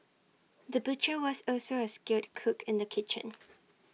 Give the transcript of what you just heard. the butcher was also A skilled cook in the kitchen